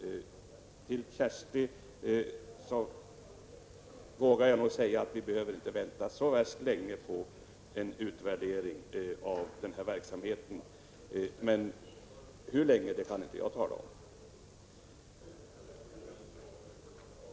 Till Kersti Johansson vågar jag säga att vi nog inte behöver vänta så värst länge på en utvärdering av denna verksamhet, men hur länge det blir kan jag inte uttala mig om.